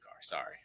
Sorry